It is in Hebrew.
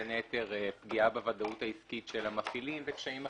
בין היתר פגיעה בוודאות העסקית של המפעילים וקשיים אחרים,